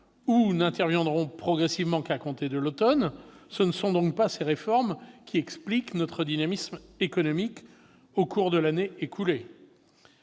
ou n'interviendront progressivement qu'à compter de l'automne. Ce ne sont donc pas ces réformes qui expliquent notre dynamisme économique au cours de l'année écoulée.